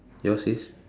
yours is